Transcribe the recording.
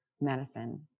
medicine